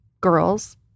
girls